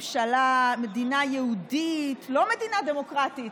מדינה יהודית, לא מדינה דמוקרטית.